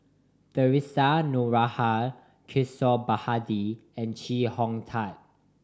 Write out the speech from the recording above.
Theresa Noronha Kishore Mahbubani and Chee Hong Tat